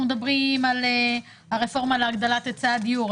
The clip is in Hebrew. אנחנו מדברים על הרפורמה על הגדלת היצע הדיור,